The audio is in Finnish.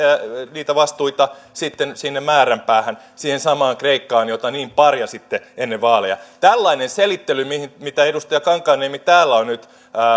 niitä vastuita sitten sinne määränpäähän siihen samaan kreikkaan jota niin parjasitte ennen vaaleja tällainen selittely mitä edustaja kankaanniemi täällä on nyt